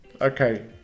Okay